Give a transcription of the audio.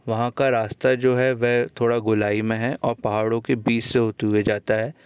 वहाँ का रास्ता जो है वह थोड़ा गोलाई में है और पहाड़ों के बीच से होते हुए जाता है